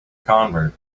convert